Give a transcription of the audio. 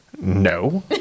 no